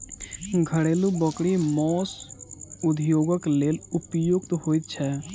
घरेलू बकरी मौस उद्योगक लेल उपयुक्त होइत छै